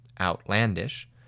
outlandish